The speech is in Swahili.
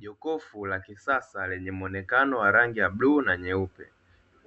Jokofu la kisasa lenye muonekano wa rangi ya bluu na nyeupe,